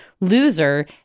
Loser